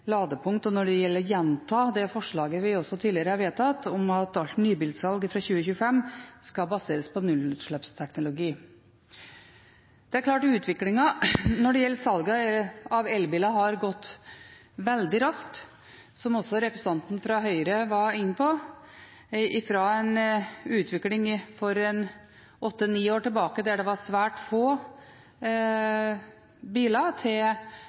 å gjenta det forslaget vi også tidligere har vedtatt, om at alt nybilsalg fra 2025 skal baseres på nullutslippsteknologi. Utviklingen når det gjelder salget av elbiler, har gått veldig raskt, som også representanten fra Høyre var inne på. For åtte–ni år tilbake var det svært få